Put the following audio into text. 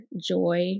joy